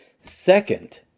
Second